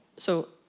so,